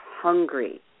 hungry